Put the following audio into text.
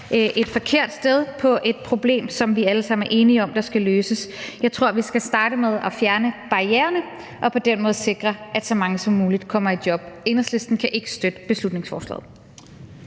et forkert sted på et problem, som vi alle sammen er enige om skal løses. Jeg tror, vi skal starte med at fjerne barriererne og på den måde sikre, at så mange som muligt kommer i job. Enhedslisten kan ikke støtte beslutningsforslaget.